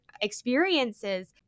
experiences